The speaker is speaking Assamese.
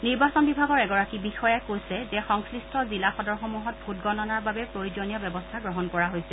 নিৰ্বাচন বিভাগৰ এগৰাকী বিষয়াই কৈছে যে সংশ্লিষ্ট জিলা সদৰসমূহত ভোটগণনাৰ বাবে প্ৰয়োজনীয় ব্যৱস্থা গ্ৰহণ কৰা হৈছে